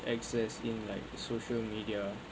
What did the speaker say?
exists in like social media